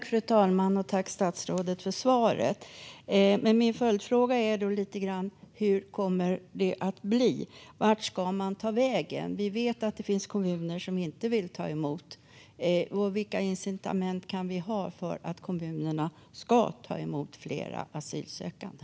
Fru talman! Jag tackar statsrådet för svaret. Mina följdfrågor blir: Hur kommer det att bli? Vart ska man ta vägen? Vi vet att det finns kommuner som inte vill ta emot, och vilka incitament kan vi ha för att kommunerna ska ta emot fler asylsökande?